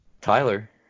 Tyler